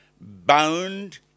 bound